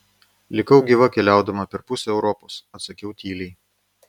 likau gyva keliaudama per pusę europos atsakiau tyliai